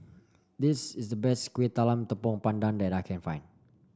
this is the best Kueh Talam Tepong Pandan that I can find